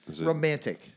Romantic